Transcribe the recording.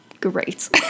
Great